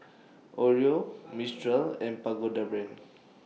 Oreo Mistral and Pagoda Brand